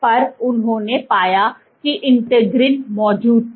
पर उन्होंने पाया कि इंटीग्रिन मौजूद थे